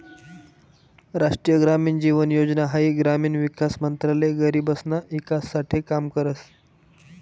राष्ट्रीय ग्रामीण जीवन योजना हाई ग्रामीण विकास मंत्रालय गरीबसना ईकास साठे काम करस